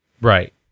Right